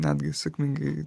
netgi sėkmingai